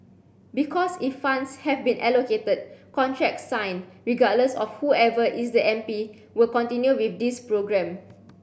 because if funds have been allocated contracts signed regardless of whoever is the M P will continue with this programme